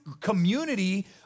community